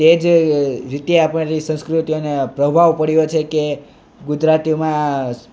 તે જ રીતે આપણે સંસ્કૃતિઓને પ્રભાવ પડ્યો છે કે ગુજરાતીમાં